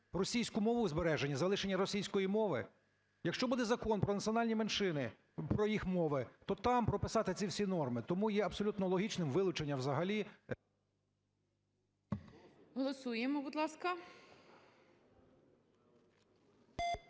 російську мову, збереження, залишення російської мови? Якщо буде Закон про національні меншини, про їх мови, то там прописати ці всі норми. Тому є абсолютно логічним вилучення взагалі… ГОЛОВУЮЧИЙ. Голосуємо, будь ласка.